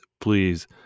please